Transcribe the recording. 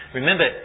Remember